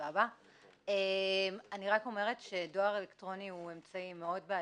אני רק אומרת שדואר אלקטרוני הוא אמצעי מאוד בעייתי.